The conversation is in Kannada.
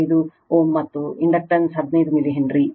5 Ω ಮತ್ತು ಇಂಡಕ್ಟನ್ಸ್ 15 ಮಿಲಿ ಹೆನ್ರಿ